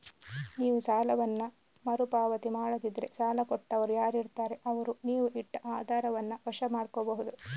ನೀವು ಸಾಲವನ್ನ ಮರು ಪಾವತಿ ಮಾಡದಿದ್ರೆ ಸಾಲ ಕೊಟ್ಟವರು ಯಾರಿರ್ತಾರೆ ಅವ್ರು ನೀವು ಇಟ್ಟ ಆಧಾರವನ್ನ ವಶ ಮಾಡ್ಕೋಬಹುದು